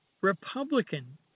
Republican